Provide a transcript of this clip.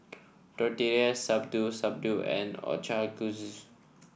Tortillas Shabu Shabu and